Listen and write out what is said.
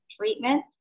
treatment